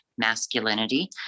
masculinity